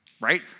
Right